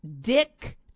dick